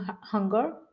hunger